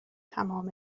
تمام